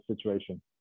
situation